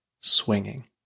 swinging